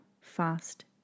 fast